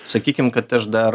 sakykim kad aš dar